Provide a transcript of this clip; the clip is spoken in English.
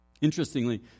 Interestingly